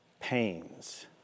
pains